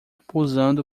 posando